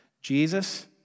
Jesus